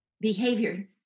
behavior